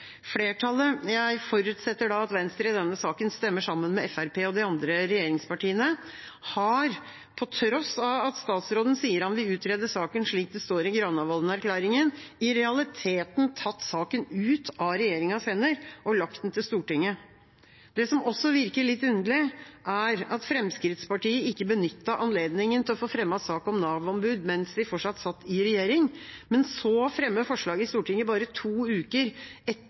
Flertallet – jeg forutsetter da at Venstre i denne saken stemmer sammen med Fremskrittspartiet og de andre regjeringspartiene – har, på tross av at statsråden sier han vil utrede saken, slik det står i Granavolden-erklæringen, i realiteten tatt saken ut av regjeringas hender og lagt den til Stortinget. Det som også virker litt underlig, er at Fremskrittspartiet ikke benyttet anledningen til å få fremmet sak om Nav-ombud mens de fortsatt satt i regjering, men så fremmer forslag i Stortinget bare to uker